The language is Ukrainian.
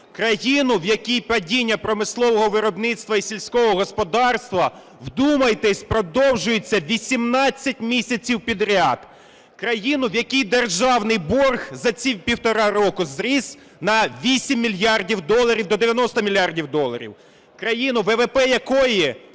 Країну, в якій падіння промислового виробництва і сільського господарства, вдумайтесь, продовжується 18 місяців підряд! Країну, в якій державний борг за ці півтора року зріс на 8 мільярдів доларів – до 90 мільярдів доларів. Країну, ВВП якої